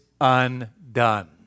undone